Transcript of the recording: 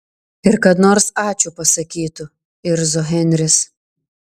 ir kad nors ačiū pasakytų irzo henris